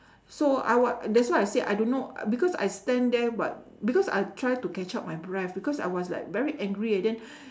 so I what that's why I said I don't know because I stand there but because I tried to catch up my breathe because I was like very angry and then